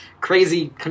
crazy